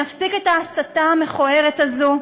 נפסיק את ההסתה המכוערת הזו,